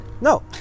No